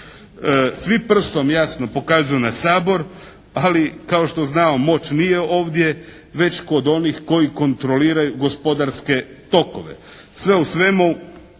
Svi prstom jasno pokazuju na Sabor ali kao što znamo moć nije ovdje već kod onih koji kontroliraju gospodarske tokove. Sve u svemu